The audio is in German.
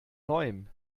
neuem